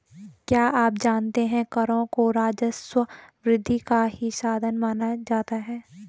क्या आप जानते है करों को राजस्व वृद्धि का ही साधन माना जाता है?